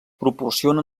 proporciona